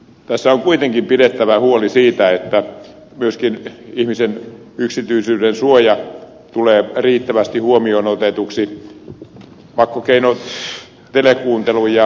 tässä on kuitenkin pidettävä huoli siitä että myöskin ihmisen yksityisyydensuoja tulee riittävästi huomioon otetuksi